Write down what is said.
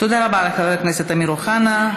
תודה רבה לחבר הכנסת אמיר אוחנה.